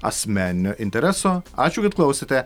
asmeninio intereso ačiū kad klausėte